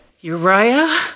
Uriah